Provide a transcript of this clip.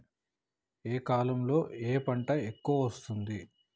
ఏ కాలంలో ఏ పంట ఎక్కువ వస్తోంది?